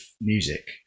music